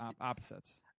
opposites